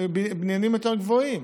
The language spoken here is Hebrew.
בבניינים יותר נמוכים.